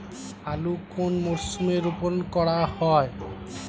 আলু কোন মরশুমে রোপণ করা হয়?